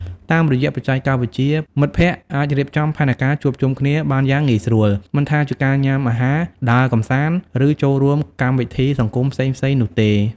តាមរយៈបច្ចេកវិទ្យា មិត្តភ័ក្តិអាចរៀបចំផែនការជួបជុំគ្នាបានយ៉ាងងាយស្រួល មិនថាជាការញ៉ាំអាហារ ដើរកម្សាន្ត ឬចូលរួមកម្មវិធីសង្គមផ្សេងៗនោះទេ ។